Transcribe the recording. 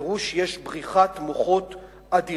ובפירוש יש בריחת מוחות אדירה.